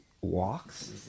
walks